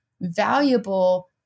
valuable